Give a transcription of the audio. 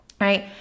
right